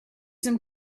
some